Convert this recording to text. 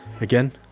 Again